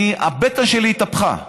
הבטן שלי התהפכה.